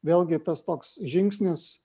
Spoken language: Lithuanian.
vėlgi tas toks žingsnis